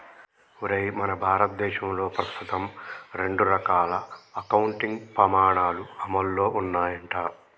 ఒరేయ్ మన భారతదేశంలో ప్రస్తుతం రెండు రకాల అకౌంటింగ్ పమాణాలు అమల్లో ఉన్నాయంట